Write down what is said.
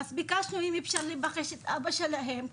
אז ביקשנו אם אפשר לפגוש את אבא שלהן,